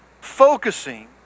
focusing